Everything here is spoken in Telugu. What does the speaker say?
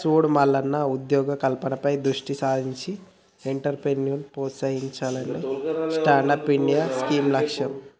సూడు మల్లన్న ఉద్యోగ కల్పనపై దృష్టి సారించి ఎంట్రప్రేన్యూర్షిప్ ప్రోత్సహించాలనే స్టాండప్ ఇండియా స్కీం లక్ష్యం